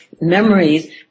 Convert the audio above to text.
memories